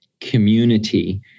community